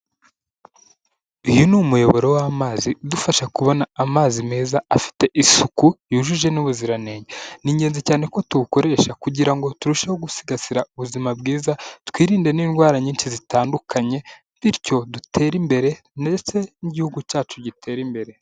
Iyi ni umuyoboro w'amazi udufasha kubona amazi meza afite isuku yujuje n'ubuziranenge, ni ingenzi cyane ko tuwukoresha kugira ngo turusheho gusigasira ubuzima bwiza twirinde n'indwara nyinshi zitandukanye, bityo dutere imbere ndetse n'igihugu cyacu gitera imbere.